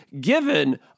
given